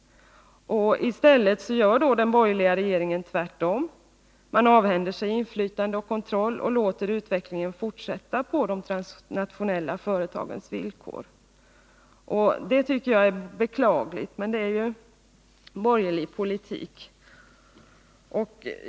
Här gör i stället den borgerliga regeringen tvärtom — man avhänder sig inflytande och kontroll och låter utvecklingen fortsätta på de transnationella företagens villkor. Det tycker jag är beklagligt, men det är ju borgerlig politik.